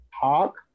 talk